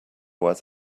was